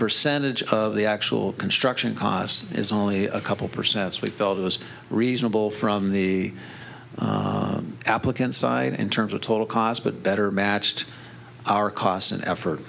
percentage of the actual construction cost is only a couple percents we felt it was reasonable from the applicant side in terms of total cost but better matched our cost and effort